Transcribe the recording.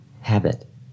habit